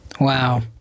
Wow